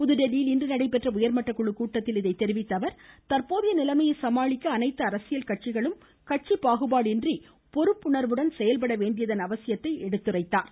புதுதில்லியில் இன்று நடைபெற்ற உயர்மட்ட குழு கூட்டத்தில் இதை தெரிவித்த அவர் தற்போதைய நிலைமையை சமாளிக்க அனைத்து அரசியல் கட்சிகளும் கட்சி பாகுபாடின்றி பொறுப்புணா்வுடன் செயல்பட வேண்டியதன் அவசியத்தையும் எடுத்துரைத்தார்